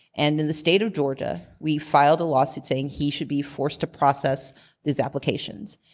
and in the state of georgia, we filed a lawsuit saying he should be forced to process these applications.